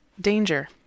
danger